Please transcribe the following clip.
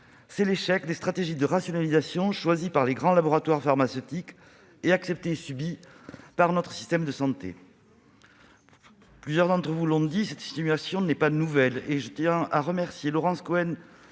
C'est l'échec des stratégies de rationalisation qui sont choisies par les grands laboratoires pharmaceutiques et acceptées et subies par notre système de santé. Plusieurs d'entre vous l'ont dit, cette situation n'est pas nouvelle, et je tiens à remercier Laurence Cohen